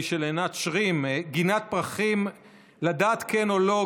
נדמה לי של אלדד שרים: "לדעת כן או לא,